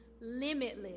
limitless